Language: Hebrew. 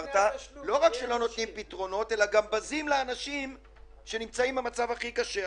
גם בזים לאנשים שנמצאים במצב הכי קשה.